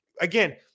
Again